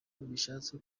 bishatse